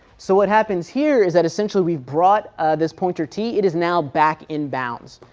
so what happens here is that essentially we brought this pointer t, it is now back in bounds,